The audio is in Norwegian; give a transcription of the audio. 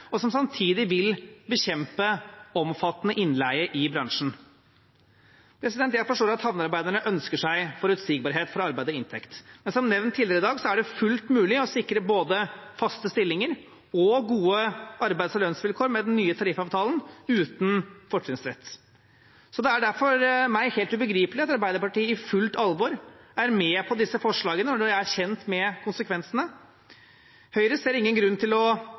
og som samtidig vil bekjempe omfattende innleie i bransjen. Jeg forstår at havnearbeiderne ønsker seg forutsigbarhet for arbeid og inntekt, men som nevnt tidligere i dag, er det fullt mulig å sikre både faste stillinger og gode arbeids- og lønnsvilkår med den nye tariffavtalen uten fortrinnsrett. Det er derfor for meg helt ubegripelig at Arbeiderpartiet i fullt alvor er med på disse forslagene når de nå er kjent med konsekvensene. Høyre ser ingen grunn til å